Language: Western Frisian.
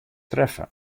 treffe